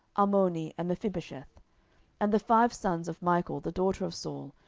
armoni and mephibosheth and the five sons of michal the daughter of saul,